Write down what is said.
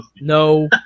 no